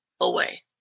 away